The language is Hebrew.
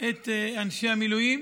את אנשי המילואים,